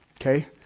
Okay